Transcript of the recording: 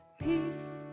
Peace